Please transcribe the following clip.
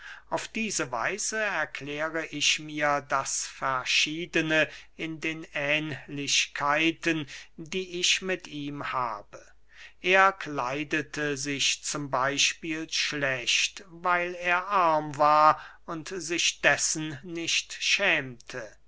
auf diese weise erkläre ich mir das verschiedene in den ähnlichkeiten die ich mit ihm habe er kleidete sich z b schlecht weil er arm war und sich dessen nicht schämte